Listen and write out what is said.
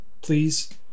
Please